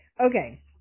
Okay